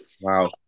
Wow